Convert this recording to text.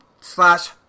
slash